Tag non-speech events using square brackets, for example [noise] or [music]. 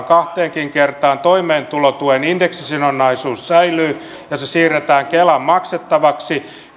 [unintelligible] kahteenkin kertaan toimeentulotuen indeksisidonnaisuus säilyy ja se siirretään kelan maksettavaksi